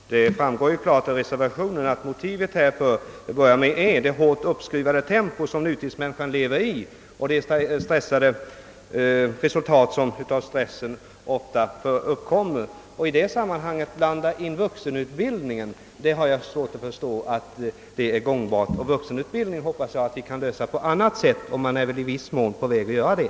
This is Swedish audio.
Herr talman! Det framgår ju klart av reservationen att motivet till förslaget om sabbatsår är »det hårt uppskruvade tempo som nutidsmänniskan lever i» och de följder som kommer av stressen. Jag har svårt att förstå att det är gångbart att i det sammanhanget blanda in vuxenutbildningen. Jag hoppas att vi kan lösa frågan om vuxenutbildningen på annat sätt, och man är väl i viss mån på väg att göra det.